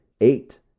eight